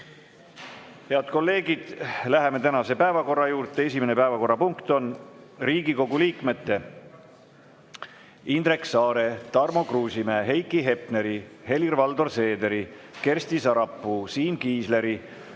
kolleegid, läheme tänase päevakorra juurde. Esimene päevakorrapunkt on Riigikogu liikmete Indrek Saare, Tarmo Kruusimäe, Heiki Hepneri, Helir-Valdor Seederi, Kersti Sarapuu, Siim Kiisleri,